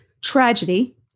tragedy